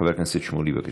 חבר הכנסת שמולי, בבקשה.